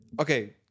Okay